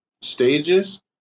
stages